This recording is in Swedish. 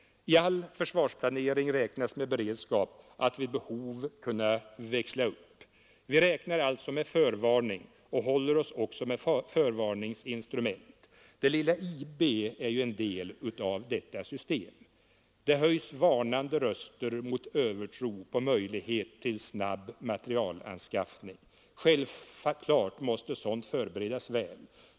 I all försvarsplanering räknas med beredskap att vid behov kunna ”växla upp”. Vi räknar alltså med förvarning och håller oss också med förvarningsinstrument. Det lilla IB är en del av detta system. Det höjs. varnande röster mot övertro på möjligheten till snabb materielanskaffning. Självfallet måste sådant förberedas väl.